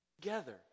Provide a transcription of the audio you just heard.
together